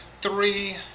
three